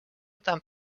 tant